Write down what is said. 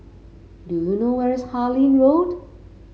do you know where's Harlyn Road